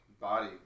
body